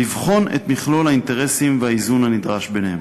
לבחון את מכלול האינטרסים ואת האיזון הנדרש ביניהם.